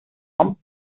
bump